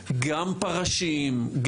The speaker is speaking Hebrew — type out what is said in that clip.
גם פרשים,